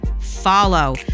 follow